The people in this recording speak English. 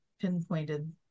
pinpointed